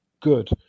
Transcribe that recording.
good